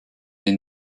des